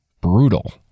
brutal